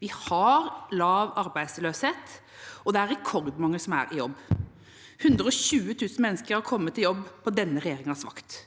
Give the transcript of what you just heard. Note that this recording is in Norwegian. Vi har lav arbeidsløshet, og det er rekordmange som er i jobb. 120 000 mennesker har kommet i jobb på denne regjeringas vakt,